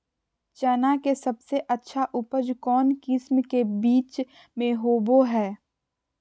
चना के सबसे अच्छा उपज कौन किस्म के बीच में होबो हय?